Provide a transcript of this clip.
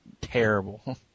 terrible